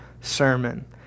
sermon